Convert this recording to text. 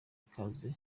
ikaze